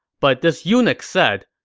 but this eunuch said,